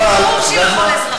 ברור שהיא לכל אזרחיה.